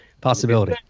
possibility